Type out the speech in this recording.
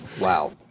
Wow